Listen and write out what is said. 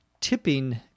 tipping